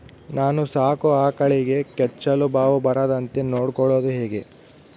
ನಾನು ಸಾಕೋ ಆಕಳಿಗೆ ಕೆಚ್ಚಲುಬಾವು ಬರದಂತೆ ನೊಡ್ಕೊಳೋದು ಹೇಗೆ?